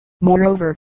moreover